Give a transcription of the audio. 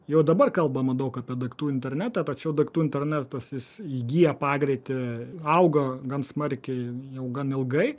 jau dabar kalbama daug apie daiktų internetą tačiau daiktų internetas jis įgyja pagreitį auga gan smarkiai jau gan ilgai